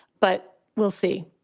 but we'll see.